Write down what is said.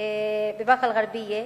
של באקה-אל-ע'רביה,